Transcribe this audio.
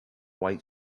white